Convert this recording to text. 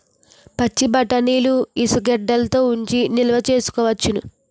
పచ్చిబఠాణీలని ఇసుగెడ్డలలో ఉంచి నిలవ సేసుకోవచ్చును